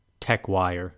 TechWire